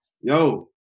Yo